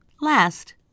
Last